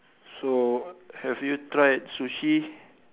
so have you tried sushi